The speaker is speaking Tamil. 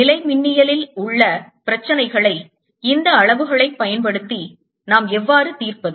நிலைமின்னியல் இல் உள்ள பிரச்சினைகளை இந்த அளவுகளைப் பயன்படுத்தி நாம் எவ்வாறு தீர்ப்பது